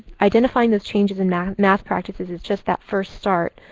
identifying those changes in math math practices is just that first start,